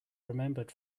remembered